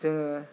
जोङो